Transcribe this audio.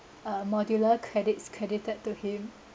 uh modular credits credited to him